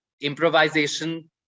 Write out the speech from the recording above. improvisation